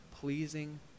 pleasing